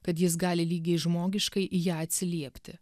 kad jis gali lygiai žmogiškai į ją atsiliepti